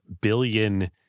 billion